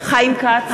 חיים כץ,